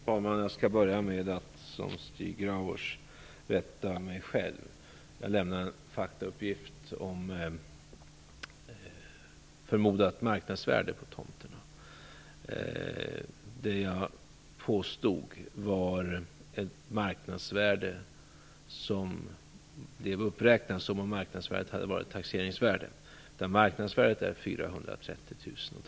Fru talman! Jag skall börja med att, som Stig Grauers, rätta mig själv. Jag lämnade en faktauppgift om förmodat marknadsvärde på tomterna. Jag nämnde ett marknadsvärde som blev uppräknat som om marknadsvärdet hade varit taxeringsvärde. Marknadsvärdet är 430 000 kronor.